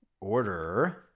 order